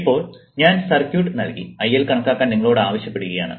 ഇപ്പോൾ ഞാൻ സർക്യൂട്ട് നൽകി IL കണക്കാക്കാൻ നിങ്ങളോട് ആവശ്യപ്പെടുയാണ്